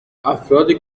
افرادی